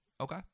Okay